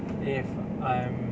if I am